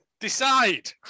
Decide